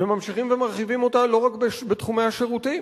וממשיכים ומרחיבים אותה לא רק בתחומי השירותים,